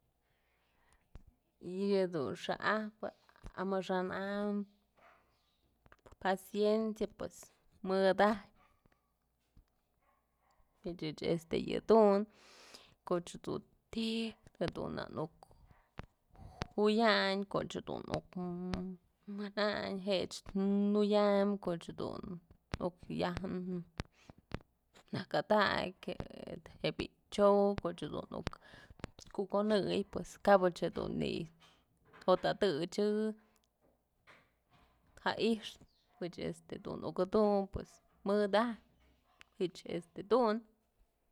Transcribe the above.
Yëdun xa'ajpë amaxa'an am paciencia pues mëdaj pyëch ëch yëdun kuch dun ti'i dun na nuk juyaynkoch dun nuk mayn jech juyam koch jedun nuk yaj nakadakyë je'e bi'i cho'u koch jedun nuk kukonëy kabach jedun jo'ot adëchë jaix pëch este uk jedun, pues mëdajpyëch este jedun.